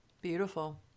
Beautiful